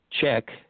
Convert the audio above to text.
check